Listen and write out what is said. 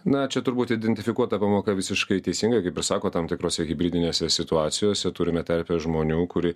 na čia turbūt identifikuota pamoka visiškai teisingai kaip ir sakot tam tikrose hibridinėse situacijose turime terpę žmonių kurie